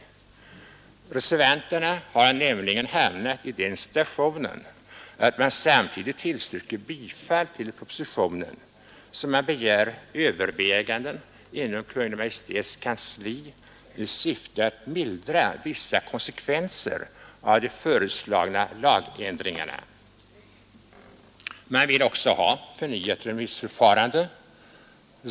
De har nämligen hamnat i den situationen, att samtidigt som de tillstyrker bifall till propositionen begär de överväganden inom Kungl. Maj:ts kansli i syfte att mildra vis föreslagna lagändringarna. Reservanterna vill också ha ett förnyat remissförfarande.